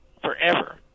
forever